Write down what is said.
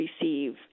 receive